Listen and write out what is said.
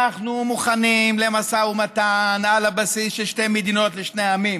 אנחנו מוכנים למשא ומתן על הבסיס של שתי מדינות לשני עמים.